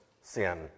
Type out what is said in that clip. sin